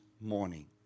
morning